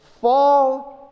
Fall